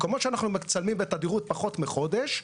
מקומות שאנחנו מצלמים בתדירות פחות מחודש,